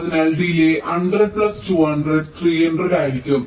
അതിനാൽ delay 100 plus 200 300 ആയിരിക്കും